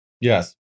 yes